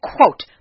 quote